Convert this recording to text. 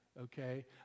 Okay